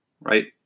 right